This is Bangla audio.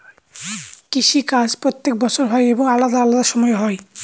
কৃষি কাজ প্রত্যেক বছর হয় এবং আলাদা আলাদা সময় হয়